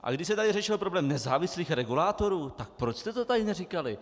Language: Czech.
A když se tady řešil problém nezávislých regulátorů, tak proč jste to tady neříkali?